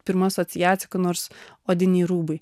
pirma asociacija ką nors odiniai rūbai